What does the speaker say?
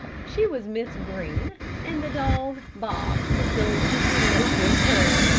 she was miss green and the dog bob was going to elope with her.